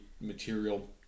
material